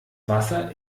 wasser